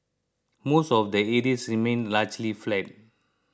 most of the areas remained largely flat